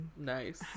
Nice